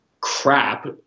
crap